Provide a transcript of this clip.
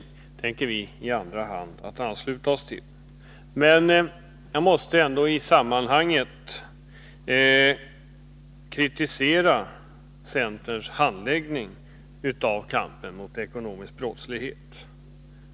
Vi tänker i andra hand ansluta oss till denna reservation. Jag måste ändå i sammanhanget kritisera centerns handläggning av frågor om kampen mot ekonomisk brottslighet.